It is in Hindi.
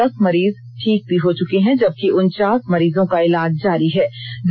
अबतक दस मरीज ठीक भी हो चुके हैं जबकि उनचास मरीजों का इलाज जारी है